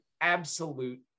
absolute